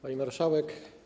Pani Marszałek!